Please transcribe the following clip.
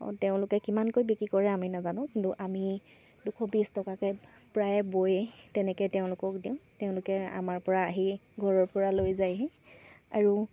অঁ তেওঁলোকে কিমানকৈ বিক্ৰী কৰে আমি নাজানো কিন্তু আমি দুশ বিছ টকাকৈ প্ৰায়ে বৈ তেনেকৈ তেওঁলোকক দিওঁ তেওঁলোকে আমাৰপৰা আহি ঘৰৰপৰা লৈ যায়হি আৰু